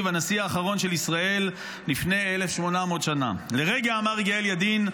הנשיא האחרון של ישראל לפני 1,800 שנה.' לרגע" אמר יגאל ידין,